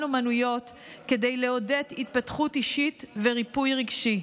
אומנויות כדי לעודד התפתחות אישית וריפוי רגשי.